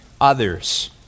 others